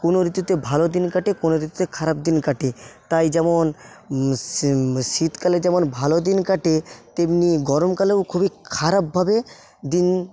কোনো ঋতুতে ভালো দিন কাটে কোনো ঋতুতে খারাপ দিন কাটে তাই যেমন শীতকালে যেমন ভালো দিন কাটে তেমনি গরমকালেও খুবই খারাপভাবে দিন